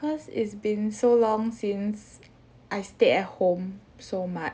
cause it's been so long since I stayed at home so much